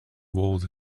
walls